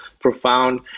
profound